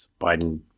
Biden